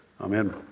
Amen